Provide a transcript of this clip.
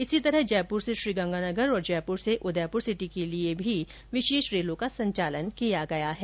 इसी तरह जयपुर से श्रीगंगानगर तथा जयपुर से उदयपुर सिटी के लिये विशेष रेलों का संचालन किया गया है